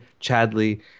Chadley